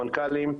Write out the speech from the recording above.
המנכ"לים,